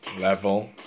level